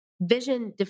vision